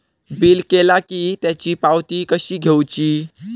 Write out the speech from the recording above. Bill केला की त्याची पावती कशी घेऊची?